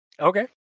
Okay